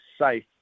safe